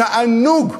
תענוג.